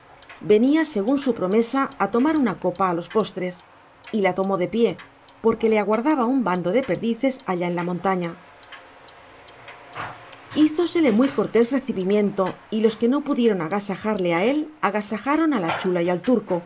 venía según su promesa a tomar una copa a los postres y la tomó de pie porque le aguardaba un bando de perdices allá en la montaña hízosele muy cortés recibimiento y los que no pudieron agasajarle a él agasajaron a la chula y al turco